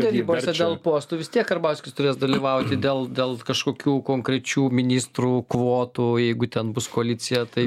derybose dėl postų vis tiek karbauskis turės dalyvauti dėl dėl kažkokių konkrečių ministrų kvotų jeigu ten bus koalicija tai